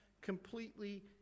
completely